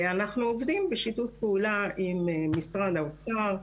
אנחנו עובדים בשיתוף פעולה עם משרד האוצר,